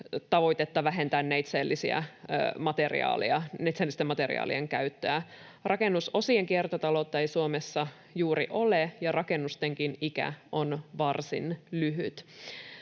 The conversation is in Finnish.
tavoitetta vähentää neitseellisten materiaalien käyttöä. Rakennusosien kiertotaloutta ei Suomessa juuri ole, ja rakennustenkin ikä on varsin lyhyt.